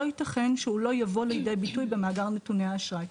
לא ייתכן שהוא לא יבוא לידי ביטוי במאגר נתוני האשראי,